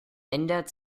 ändert